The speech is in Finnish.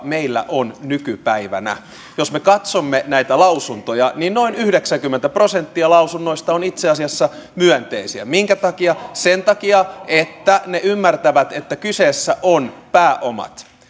meillä on nykypäivänä jos me katsomme näitä lausuntoja niin noin yhdeksänkymmentä prosenttia lausunnoista on itse asiassa myönteisiä minkä takia sen takia että ne ymmärtävät että kyseessä ovat pääomat